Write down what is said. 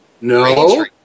No